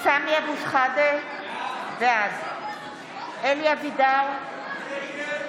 סמי אבו שחאדה, בעד אלי אבידר, נגד